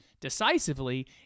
decisively